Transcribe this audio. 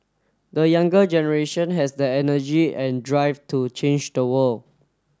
the younger generation has the energy and drive to change the world